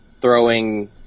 throwing